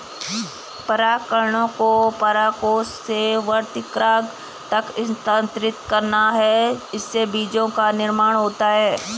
परागकणों को परागकोश से वर्तिकाग्र तक स्थानांतरित करना है, इससे बीजो का निर्माण होता है